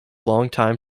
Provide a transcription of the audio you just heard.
longtime